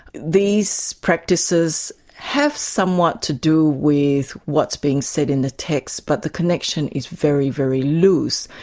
these practices have somewhat to do with what's being said in the text, but the connection is very, very loose.